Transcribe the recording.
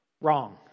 Wrong